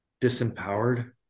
disempowered